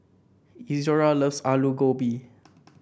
Izora loves Alu Gobi